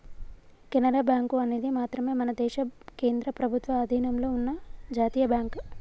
Canara bank అనేది మాత్రమే మన దేశ కేంద్ర ప్రభుత్వ అధీనంలో ఉన్న జాతీయ బ్యాంక్